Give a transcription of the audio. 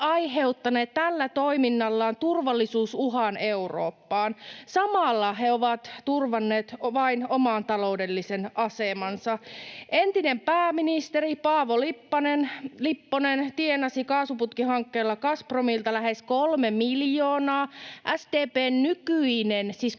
aiheuttaneet tällä toiminnallaan turvallisuusuhan Eurooppaan. Samalla he ovat turvanneet vain oman taloudellisen asemansa. Entinen pääministeri Paavo Lipponen tienasi kaasuputkihankkeella Gazpromilta lähes kolme miljoonaa. SDP:n nykyinen — siis